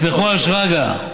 תסמכו על שרגא.